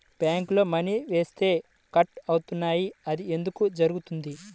బ్యాంక్లో మని వేస్తే కట్ అవుతున్నాయి అది ఎందుకు జరుగుతోంది?